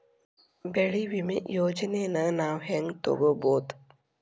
ಬೆಳಿ ವಿಮೆ ಯೋಜನೆನ ನಾವ್ ಹೆಂಗ್ ತೊಗೊಬೋದ್?